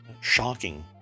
Shocking